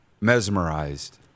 mesmerized